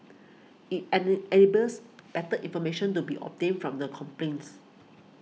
it enables better information to be obtained from the complains